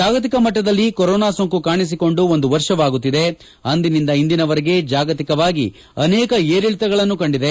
ಜಾಗತಿಕ ಮಟ್ಟದಲ್ಲಿ ಕೊರೊನಾ ಸೋಂಕು ಕಾಣಿಸಿಕೊಂಡು ಒಂದು ವರ್ಷವಾಗುತ್ತಿದೆ ಅಂದಿನಿಂದ ಇಂದಿನವರೆಗೆ ಜಾಗತಿಕವಾಗಿ ಅನೇಕ ಏರಿಳಿತಗಳನ್ನು ಕಂಡಿದೆ